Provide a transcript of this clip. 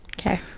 Okay